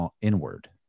inward